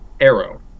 Arrow